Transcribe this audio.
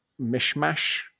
mishmash